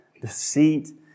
deceit